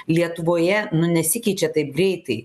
lietuvoje nu nesikeičia taip greitai